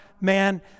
Man